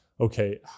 okay